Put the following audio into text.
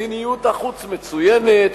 מדיניות החוץ מצוינת,